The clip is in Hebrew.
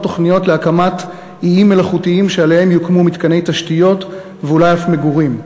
תוכניות להקמת איים מלאכותיים שעליהם יוקמו מתקני תשתיות ואולי אף מגורים.